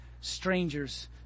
strangers